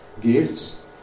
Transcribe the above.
gifts